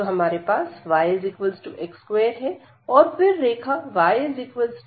तो हमारे पास yx2 है और फिर रेखा y 2 x है